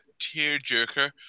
tearjerker